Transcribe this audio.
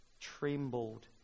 trembled